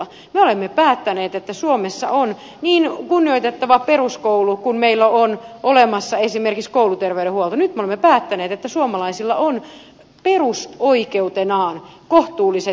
me olemme päättäneet että kun suomessa on niin kunnioitettava peruskoulu kuin meillä on olemassa esimerkiksi kouluterveydenhuoltokin niin nyt me olemme päättäneet että suomalaisilla on perusoikeutenaan kohtuulliset viestintäyhteydet